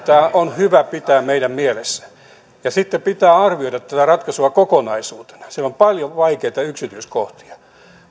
on hyvä pitää meidän mielessä sitten pitää arvioida tätä ratkaisua kokonaisuutena siellä on paljon vaikeita yksityiskohtia mutta